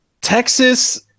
texas